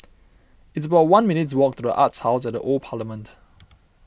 it's about one minutes' walk to the Arts House at the Old Parliament